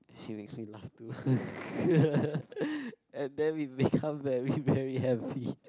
she makes me laugh too and then we become very very happy